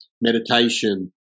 meditation